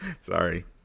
Sorry